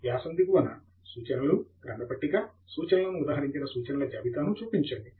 వ్యాసము దిగువన సూచనలు గ్రంథ పట్టిక సూచనలను ఉదహరించిన సూచనల జాబితాను చొప్పించండి